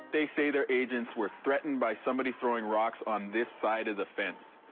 they say their agents were threatened by somebody throwing rocks on this side of the fence.